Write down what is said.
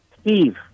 Steve